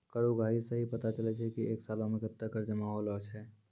कर उगाही सं ही पता चलै छै की एक सालो मे कत्ते कर जमा होलो छै